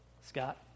Scott